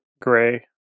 gray